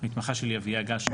מתמחה שלי, אביה גל.